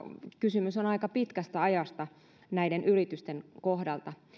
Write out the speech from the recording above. kysymys on aika pitkästä ajasta näiden yritysten kohdalla